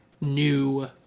new